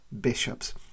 bishops